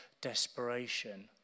desperation